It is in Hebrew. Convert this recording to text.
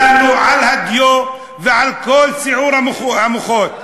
חבל לנו על הדיו ועל כל סיעור המוחות.